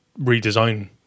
redesign